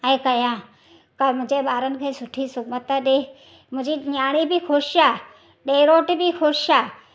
ऐं कयां का मुंहिंजे ॿारनि खे सुठी सुमत ॾिए मुंहिंजी न्याणी बि ख़ुशि आहे ॾेरोट बि ख़ुशि आहे